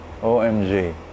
OMG